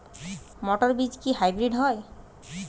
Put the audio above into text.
মটর বীজ কি হাইব্রিড হয়?